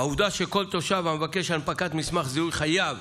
העובדה שכל תושב המבקש הנפקת מסמך זיהוי חייב